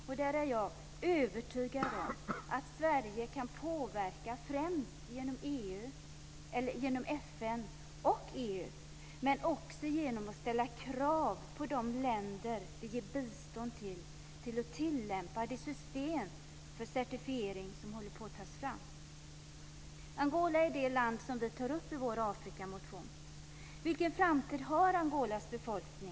Jag är övertygad om att Sverige kan påverka genom FN och EU, men också genom att ställa kravet på de länder som vi ger bistånd till att tillämpa det system för certifiering som håller på att tas fram. Angola är det land som vi tar upp i vår Afrikamotion. Vilken framtid har Angolas befolkning?